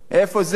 איפה זה?